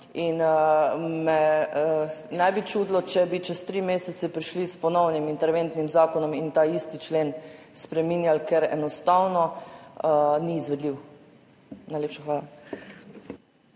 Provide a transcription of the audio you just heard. In me ne bi čudilo, če bi čez 3 mesece prišli s ponovnim interventnim zakonom in ta isti člen spreminjali, ker enostavno ni izvedljiv. Najlepša hvala.